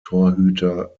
torhüter